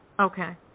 Okay